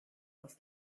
aus